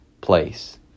place